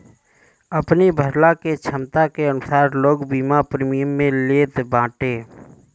अपनी भरला के छमता के अनुसार लोग बीमा प्रीमियम लेत बाटे